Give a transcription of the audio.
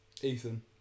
Ethan